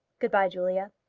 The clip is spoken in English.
good-by, julia.